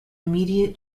immediate